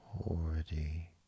already